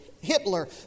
Hitler